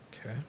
okay